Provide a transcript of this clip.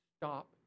Stop